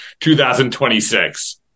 2026